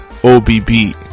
OBB